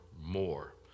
more